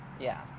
Yes